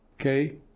Okay